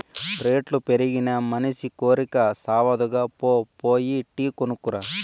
రేట్లు పెరిగినా మనసి కోరికి సావదుగా, పో పోయి టీ కొనుక్కు రా